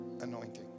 anointing